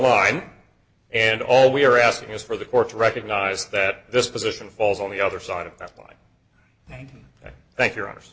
line and all we're asking is for the court to recognize that this position falls on the other side of that line thank your hono